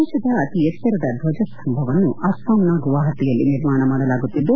ದೇಶದ ಅತಿ ಎತ್ತರದ ಧ್ವಜಸ್ತಂಭವನ್ನು ಅಸ್ಲಾಂನ ಗುವಾಹಟಿಯಲ್ಲಿ ನಿರ್ಮಾಣ ಮಾಡಲಾಗುತ್ತಿದ್ದು